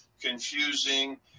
confusing